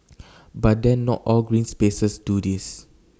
but then not all green spaces do this